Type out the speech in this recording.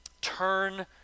Turn